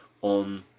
on